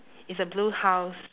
it's a blue house